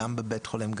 גם בבית חולים,